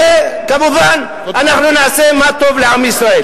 וכמובן אנחנו נעשה מה שטוב לעם ישראל.